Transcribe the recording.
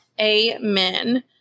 Amen